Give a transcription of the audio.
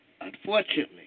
Unfortunately